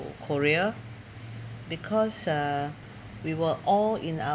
to korea because uh we were all in uh